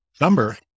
number